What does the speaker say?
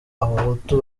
n’abahutu